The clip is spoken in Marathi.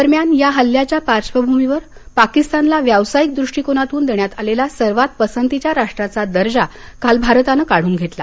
दरम्यान या हल्ल्याच्या पार्श्वभूमीवर पाकिस्तानला व्यावसायिक दृष्टीकोनातून देण्यात आलेला सर्वात पसंतीच्या राष्ट्राचा दर्जा काल भारतानं काढून घेतला